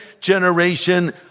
generation